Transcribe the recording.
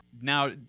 Now